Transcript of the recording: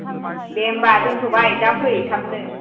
दे होनबा दोन्थबाय दा फै थाबनो